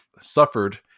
suffered